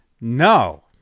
No